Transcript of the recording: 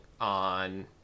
on